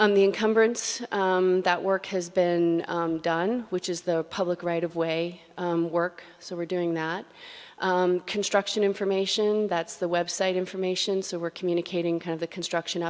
the incumbrance that work has been done which is the public right of way work so we're doing that construction information that's the website information so we're communicating kind of the construction